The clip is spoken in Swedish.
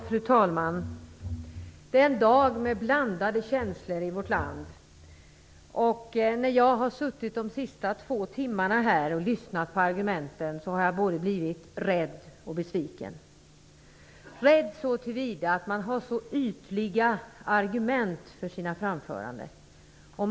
Fru talman! Detta är en dag med blandade känslor i vårt land. När jag under de senaste två timmarna har suttit och lyssnat på argumenten har jag blivit både rädd och besviken. Jag har blivit rädd, eftersom man har så ytliga argument för sina ståndpunkter.